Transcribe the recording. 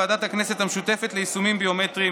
ועדת הכנסת המשותפת ליישומים ביומטריים.